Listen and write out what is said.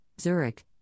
Zurich